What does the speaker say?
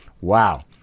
Wow